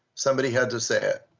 somebody had to say it.